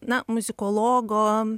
na muzikologo